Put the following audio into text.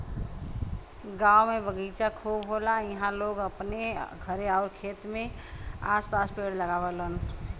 गांव में बगीचा खूब होला इहां लोग अपने घरे आउर खेत के आस पास पेड़ लगावलन